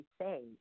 say